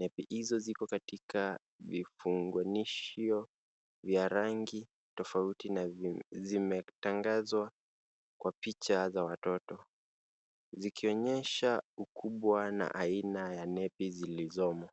Nepi hizo ziko katika vifungashio vya rangi tofauti na zimetangazwa kwa picha za watoto, zikionyesha ukubwa na aina ya nepi zilizomo.